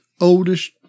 oldest